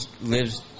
lives